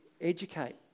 educate